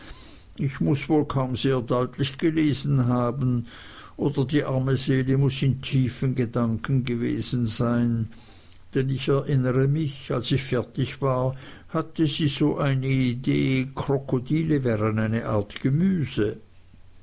ich muß wohl kaum sehr deutlich gelesen haben oder die arme seele muß in tiefen gedanken gewesen sein denn ich erinnere mich als ich fertig war hatte sie so eine idee krokodile wären eine art gemüse